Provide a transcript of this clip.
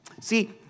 See